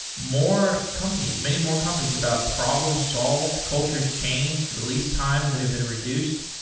more companies. many more companies about problem solved, cultures changed, release times that have been reduced.